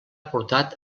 portat